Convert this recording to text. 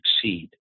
succeed